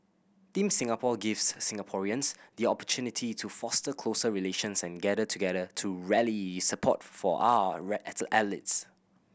Team Singapore gives Singaporeans the opportunity to foster closer relations and gather together to rally support for our athletes